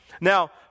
Now